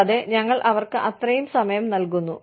കൂടാതെ ഞങ്ങൾ അവർക്ക് അത്രയും സമയം നൽകുന്നു